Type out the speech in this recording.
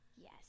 Yes